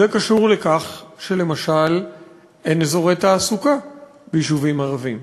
זה קשור לכך שלמשל אין אזורי תעסוקה ביישובים ערביים.